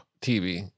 TV